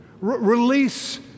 release